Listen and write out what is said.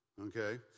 okay